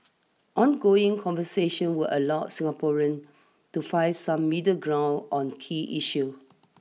ongoing conversation will allow Singaporeans to find some middle ground on key issues